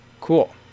cool